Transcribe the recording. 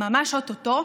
ממש או-טו-טו,